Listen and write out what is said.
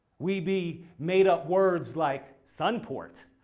we be made up words like sunport.